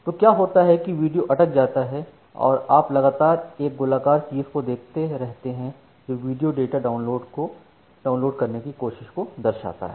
तो क्या होता है कि वीडियो अटक जाता है और आप लगातार एक गोलाकार चीज को देखते रहते हैं जो वीडियो डाटा डाउनलोडकरने की कोशिश को दर्शाता है